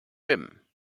rim